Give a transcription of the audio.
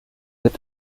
wird